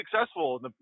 successful